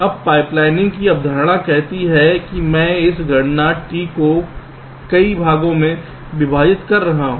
अब पाइपलाइनिंग की अवधारणा कहती है कि मैं इस गणना T को कई भागों में विभाजित कर रहा हूं